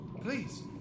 Please